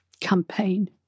campaign